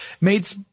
Made